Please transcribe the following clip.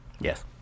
Yes